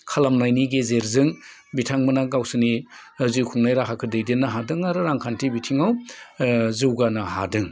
खालामनायनि गेजेरजों बिथांमोना गावसोरनि जिउ खुंनाय राहाखौ दैदेननो हादों आरो रांखान्थि बिथिङाव जौगानो हादों